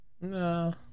no